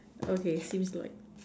okay seems like